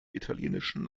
italienischen